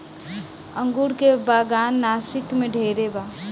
अंगूर के बागान नासिक में ढेरे बा